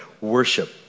worship